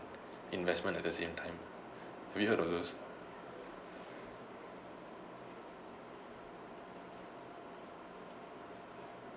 investment at the same time have you heard of those